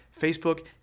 Facebook